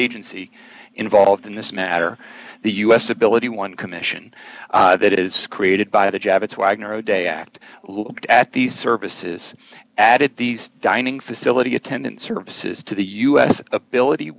agency involved in this matter the u s ability one commission that is created by the javits wagner oday act looked at these services added these dining facility attendant services to the u s ability